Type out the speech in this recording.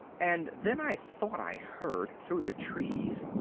and then i thought i heard, through the trees,